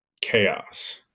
chaos